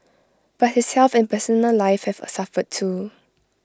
but his health and personal life have suffered too